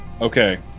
Okay